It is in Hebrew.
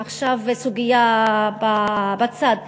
עכשיו סוגיה בצד,